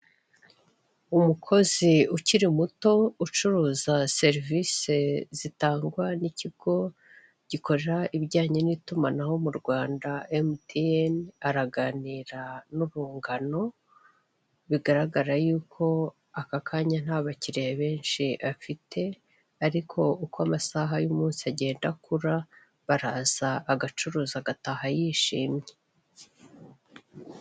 Umukozi ukiri muto ucuruza serivise zitangwa n'ikigo gikora ibijyanye n'itumanaho mu Rwanda emutiyene. Araganira n'urungano bigaragara yuko aka kanya nta bakiriya benshi afite, ariko uko amasaha y'umunsi agenda akura baraza agacuruza agataha yishimye.